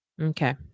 Okay